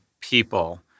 people